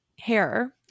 hair